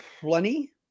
plenty